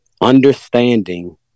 understanding